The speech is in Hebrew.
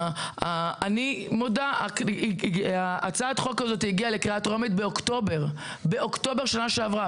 אני מודה: הצעת החוק הזאת הגיעה לקריאה טרומית באוקטובר שנה שעברה.